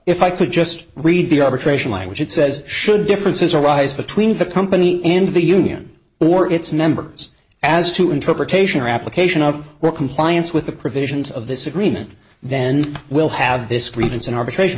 if i could just read the arbitration language it says should differences arise between the company and the union or its members as to interpretation or application of compliance with the provisions of this agreement then will have this credence in arbitration